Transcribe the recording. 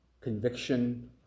conviction